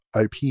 IP